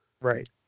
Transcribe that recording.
Right